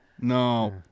No